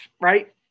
right